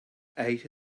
ate